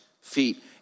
feet